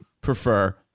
prefer